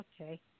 Okay